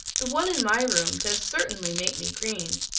the one in my room does certainly make me green.